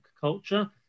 Culture